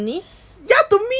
ya to me